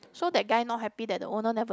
so that guy not happy that the owner never